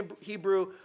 Hebrew